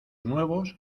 nuevos